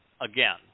again